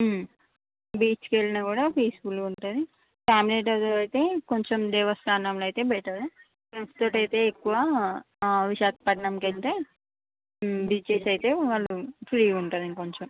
బీచ్కి వెళ్ళినా కూడా పీస్ఫుల్గా ఉంటుంది ఫ్యామిలీతో అయితే కొంచెం దేవస్థానంలో అయితే బెటర్ ఫ్రెండ్స్తో అయితే ఎక్కువ విశాఖపట్నంకి వెళ్తే బీచెస్ అయితే వాళ్ళు ఫ్రీగా ఉంటుంది ఇంకొంచెం